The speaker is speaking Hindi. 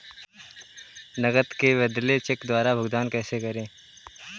नकद के बदले चेक द्वारा भुगतान कैसे करें?